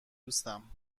دوستم